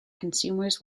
consumers